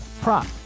prop